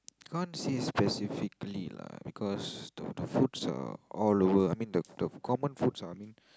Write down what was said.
can't say specifically lah because the the foods are all over I mean the the common foods are I mean